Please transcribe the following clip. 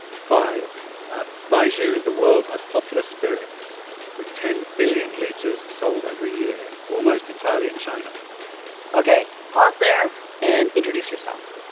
five baijiu is the world's most popular spirit with ten billion liters sold every year, almost entirely in china ok. pause there and introduce yourself